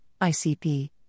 ICP